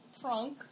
trunk